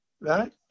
right